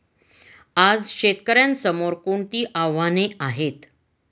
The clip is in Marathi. आज शेतकऱ्यांसमोर कोणती आव्हाने आहेत?